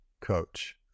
coach